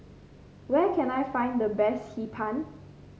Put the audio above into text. where can I find the best Hee Pan